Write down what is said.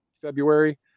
February